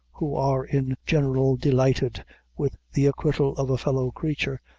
who are in general delighted with the acquittal of a fellow-creature,